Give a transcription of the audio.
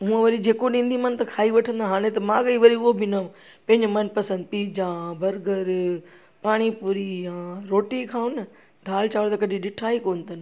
मूं वरी जेको ॾींदी मां त खाई वठंदा हाणे त मागे ई वरी उहो बि न पंहिंजे मनपसंदि पिजा बर्गर पाणी पुरी आहे रोटी खाऊं न दालि चांवर कॾहिं ॾिठा ई कोन अथनि